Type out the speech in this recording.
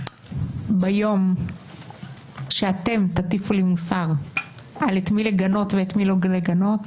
ביום שאתם תטיפו לי מוסר את מי לגנות ואת מי לא לגנות,